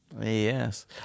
Yes